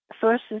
sources